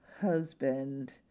husband